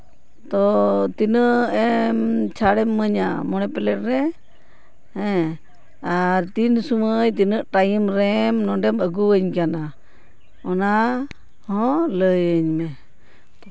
ᱛᱚ ᱛᱤᱱᱟᱹᱜ ᱮᱢ ᱪᱷᱟᱲᱮᱢ ᱤᱢᱟᱹᱧᱟ ᱢᱚᱬᱮ ᱯᱞᱮᱴ ᱨᱮ ᱦᱮᱸ ᱟᱨ ᱛᱤᱱ ᱥᱚᱢᱚᱭ ᱛᱤᱱᱟᱹᱜ ᱴᱟᱭᱤᱢ ᱨᱮ ᱱᱚᱰᱮᱢ ᱟᱹᱜᱩ ᱟᱹᱧ ᱠᱟᱱᱟ ᱚᱱᱟ ᱦᱚᱸ ᱞᱟᱹᱭ ᱤᱧ ᱢᱮ